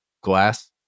Glass